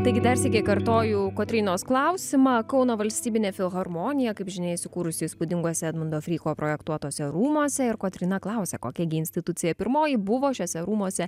taigi dar sykį kartoju kotrynos klausimą kauno valstybinė filharmonija kaip žinia įsikūrusi įspūdinguose edmundo fryko projektuotuose rūmuose ir kotryna klausia kokia gi institucija pirmoji buvo šiuose rūmuose